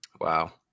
Wow